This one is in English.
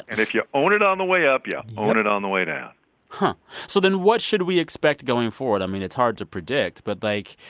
and if you own it on the way up, you yeah own it on the way down so then, what should we expect going forward? i mean, it's hard to predict. but like,